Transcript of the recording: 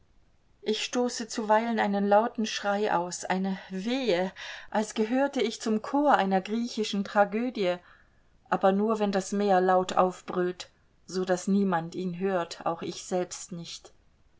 ich stoße zuweilen einen lauten schrei aus ein wehe als gehörte ich zum chor einer griechischen tragödie aber nur wenn das meer laut aufbrüllt so daß niemand ihn hört auch ich selbst nicht